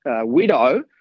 widow